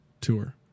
tour